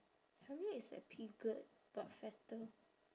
probably it's like piglet but fatter